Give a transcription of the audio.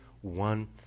one